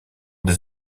des